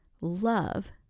Love